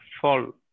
fall